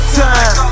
time